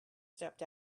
stepped